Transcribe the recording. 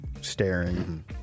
staring